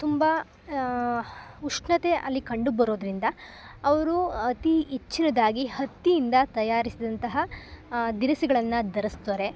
ತುಂಬ ಉಷ್ಣತೆ ಅಲ್ಲಿ ಕಂಡು ಬರೋದ್ರಿಂದ ಅವರು ಅತಿ ಹೆಚ್ಚಿನದ್ದಾಗಿ ಹತ್ತಿಯಿಂದ ತಯಾರಿಸಿದಂತಹ ದಿರಿಸುಗಳನ್ನು ಧರಿಸ್ತಾರೆ